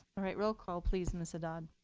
all right, roll call, please ms adad.